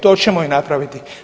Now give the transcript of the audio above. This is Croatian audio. To ćemo i napraviti.